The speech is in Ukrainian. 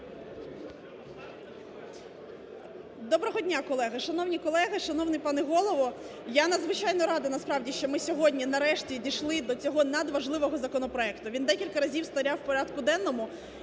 Доброго дня, колеги! Шановні колеги, шановний пане Голово! Я надзвичайно рада насправді, що ми сьогодні, нарешті, дійшли до цього, надважливого, законопроекту. Він декілька разів стояв у порядку денному